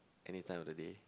anytime of the day